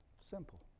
Simple